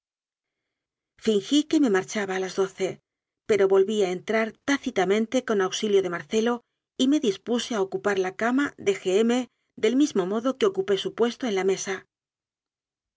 que me marchaba a las doce pero volví h entrar tácitamente con auxilio de marcelo y me dispuse a ocupar la cama de g m del mismo modo que ocupé su puesto en la mesa